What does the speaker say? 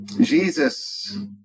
Jesus